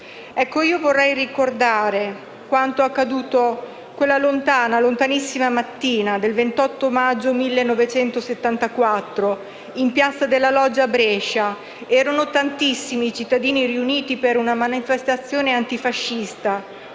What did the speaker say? carcere. Vorrei ricordare quanto accaduto quella lontana, lontanissima mattina del 28 maggio 1974 in piazza della Loggia a Brescia: erano tantissimi i cittadini riuniti per una manifestazione antifascista,